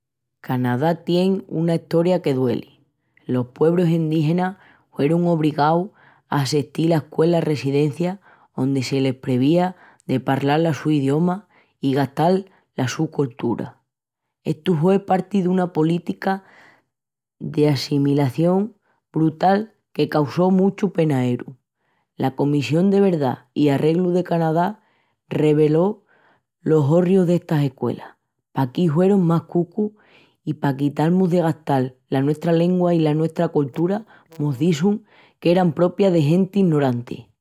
Canadá tien una Estoria que dueli. Los puebrus endígenas huerun obrigaus a assestil a escuelas-residencias ondi se les prevía de palral la su idioma i gastal la su coltura. Estu hue parti duna política d'assemilación brutal que causó muchu penaeru. La Comissión de Verdá i Arreglu de Canadá reveló los orroris d'estas escuelas. Paquí huerun más cucus i pa quital-mus de gastal la nuestra lengua i la nuestra coltura mos dixun qu'era propia de genti inoranti.